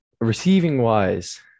Receiving-wise